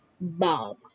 Bob